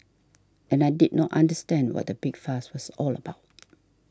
and I did not understand what the big fuss was all about